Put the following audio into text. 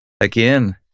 again